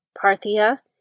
Parthia